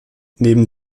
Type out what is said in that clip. neben